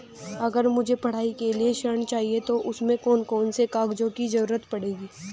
अगर मुझे पढ़ाई के लिए ऋण चाहिए तो उसमें कौन कौन से कागजों की जरूरत पड़ेगी?